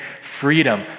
freedom